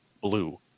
blue